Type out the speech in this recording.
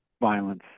Violence